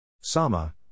Sama